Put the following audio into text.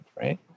right